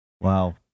Wow